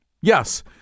yes